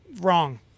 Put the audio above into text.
wrong